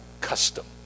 custom